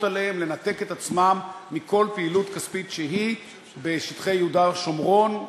עליהם לנתק את עצמם מכל פעילות כספית שהיא בשטחי יהודה ושומרון,